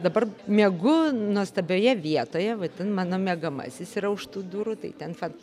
dabar miegu nuostabioje vietoje va ten mano miegamasis yra už tų durų tai ten pat